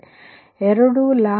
ಅಂದರೆ ಎರಡೂ λ46